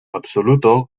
absoluto